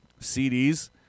CDs